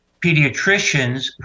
pediatricians